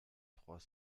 trois